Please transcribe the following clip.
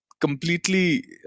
completely